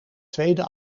tweede